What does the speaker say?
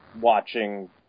watching